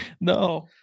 No